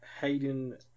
Hayden